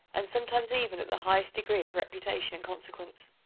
and sometimes even at the highest degree of reputation and consequence?